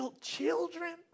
children